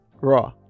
raw